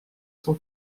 son